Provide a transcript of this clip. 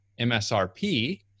MSRP